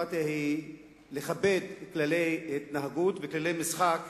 דמוקרטיה היא לכבד כללי התנהגות וכללי משחק